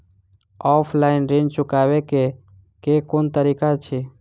Offline ऋण चुकाबै केँ केँ कुन तरीका अछि?